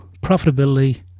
profitability